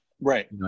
Right